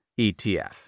ETF